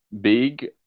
big